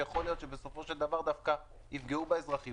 שיכול להיות שבסופו של דבר דווקא יפגעו באזרחים,